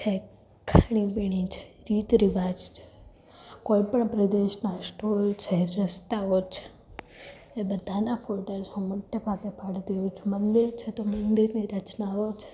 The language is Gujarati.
છે ખાણી પીણી છે રીત રિવાજ છે કોઈ પણ પ્રદેશના સ્ટ્રોલ છે રસ્તાઓ છે એ બધાના ફોટા જ હું મોટે ભાગે પાડતી હોઉં છું મંદિર છે તો મંદિરની રચનાઓ